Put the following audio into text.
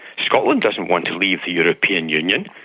scotland doesn't want to leave the european union,